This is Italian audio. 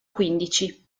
quindici